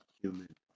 human